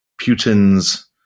Putin's